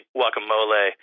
guacamole